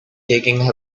taking